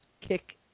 kick